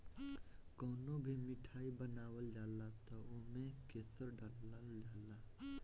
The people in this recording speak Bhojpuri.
कवनो भी मिठाई बनावल जाला तअ ओमे केसर डालल जाला